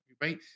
right